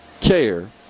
care